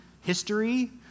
history